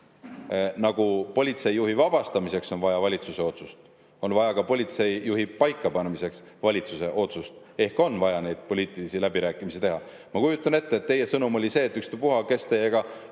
nagu politseijuhi vabastamiseks on vaja valitsuse otsust, on vaja ka politseijuhi paikapanemiseks valitsuse otsust ehk on vaja neid poliitilisi läbirääkimisi teha. Ma kujutan ette, et teie sõnum oli see, et ükspuha, kes teiega